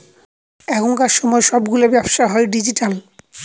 এখনকার সময় সবগুলো ব্যবসা হয় ডিজিটাল